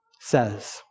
says